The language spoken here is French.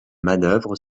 manœuvre